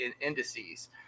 indices